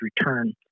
return